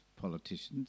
politicians